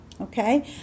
Okay